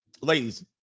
Ladies